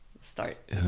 start